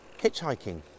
hitchhiking